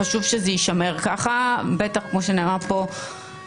אני רוצה להוסיף למה שאמר כאן אורי נרוב מהמרכז הרפורמי,